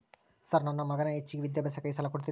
Sir ನನ್ನ ಮಗನ ಹೆಚ್ಚಿನ ವಿದ್ಯಾಭ್ಯಾಸಕ್ಕಾಗಿ ಸಾಲ ಕೊಡ್ತಿರಿ?